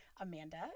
Amanda